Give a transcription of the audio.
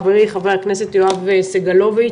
חברי חבר הכנסת יואב סגלוביץ'.